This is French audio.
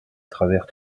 travers